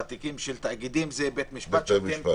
ובתיקים של תאגידים זה בית המשפט.